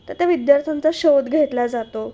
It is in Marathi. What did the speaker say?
तर त्या विद्यार्थ्यांचा शोध घेतला जातो